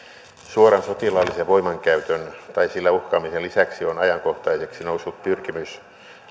suoran sotilaallisen voimankäytön ja sillä uhkaamisen lisäksi on ajankohtaiseksi noussut pyrkimys